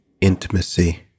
intimacy